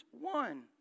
one